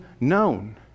known